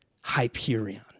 Hyperion